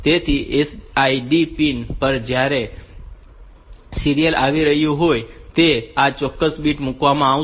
તેથી SID pin પર જે પણ સીરીયલ આવી રહ્યું છે તે આ ચોક્કસ બીટ માં મૂકવામાં આવશે